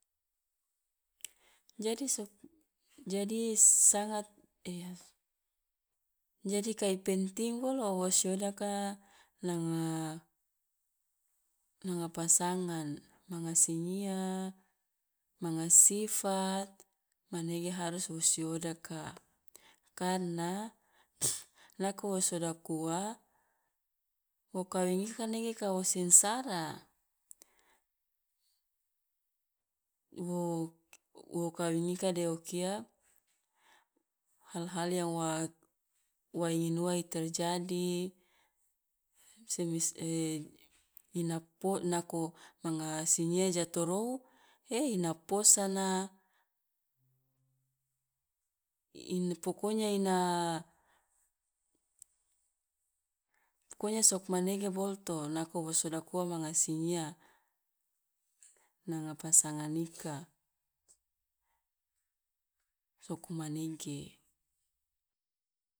Jadi sok- jadi sangat jadi kai penting bolo wo siodaka nanga nanga pasangan manga sinyia, manga sifat, manege harus wo siodaka, karena nako wo siodak ua wo kawing ika nege ka wo singsara, wo kawing ika de o kia hal- hal yang wa wa ingin ua i terjadi semis i po nako manga sinyia ja torou ei ina posana, in pokonya ina pokonya sokmanege boloto nako wo sodak ua manga sinyia, nanga pasangan ika soko manege.